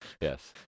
Yes